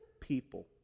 people